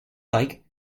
like